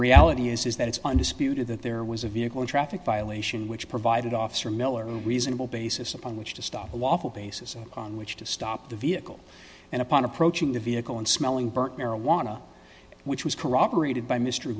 reality is that it's undisputed that there was a vehicle traffic violation which provided officer miller a reasonable basis upon which to stop a lawful basis upon which to stop the vehicle and upon approaching the vehicle and smelling burnt marijuana which was corroborated by mr